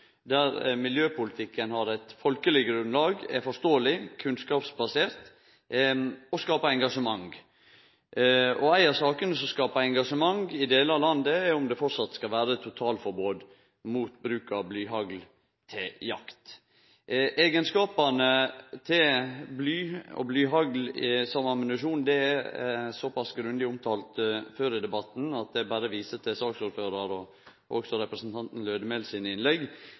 der miljøpolitikken har eit folkeleg grunnlag, er forståeleg, kunnskapsbasert og skaper engasjement. Ei av sakene som skaper engasjement i delar av landet, er om det framleis skal vere totalforbod mot bruk av blyhagl til jakt. Eigenskapane til blyhagl som ammunisjon er såpass grundig omtalt før i debatten at eg berre viser til saksordføraren og også representanten Bjørn Lødemel sine innlegg.